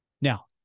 Now